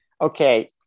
okay